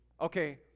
Okay